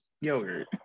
yogurt